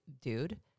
dude